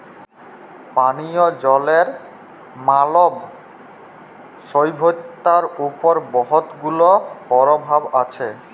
পানীয় জলের মালব সইভ্যতার উপর বহুত গুলা পরভাব আছে